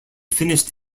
finished